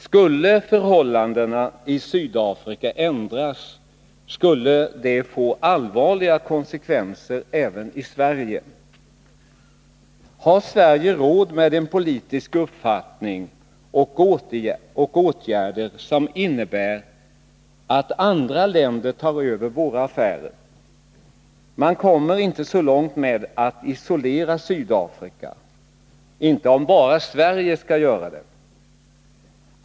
Om förhållandena i Sydafrika ändrades, skulle det få allvarliga konsekvenser även i Sverige. Har Sverige råd med en politisk uppfattning och med åtgärder som innebär att andra länder tar över våra affärer? Man kommer inte så långt med att isolera Sydafrika, om bara Sverige skall göra det.